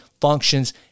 functions